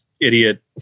idiot